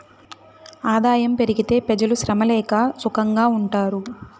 ఆదాయం పెరిగితే పెజలు శ్రమ లేక సుకంగా ఉంటారు